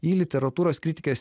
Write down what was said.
į literatūros kritikės